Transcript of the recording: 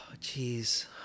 jeez